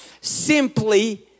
simply